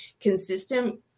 consistent